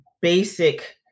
basic